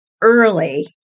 early